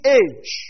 age